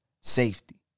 safety